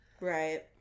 Right